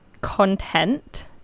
content